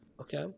okay